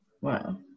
Wow